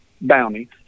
bounty